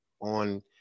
on